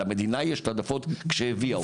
כשלמדינה יש את ההעדפות כשהביאה אותו.